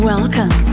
Welcome